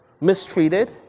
mistreated